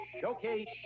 Showcase